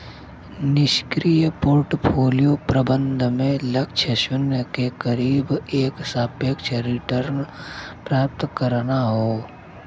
निष्क्रिय पोर्टफोलियो प्रबंधन में लक्ष्य शून्य के करीब एक सापेक्ष रिटर्न प्राप्त करना हौ